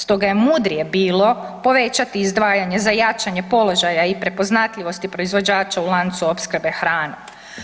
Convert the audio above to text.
Stoga je mudrije bilo povećati izdvajanje za jačanje položaja i prepoznatljivosti proizvođača u lancu opskrbe hranom.